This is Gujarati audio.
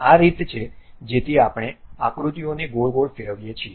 આ રીત છે જેથી આપણે આકૃતિઓને ગોળ ગોળ ફેરવીએ છીએ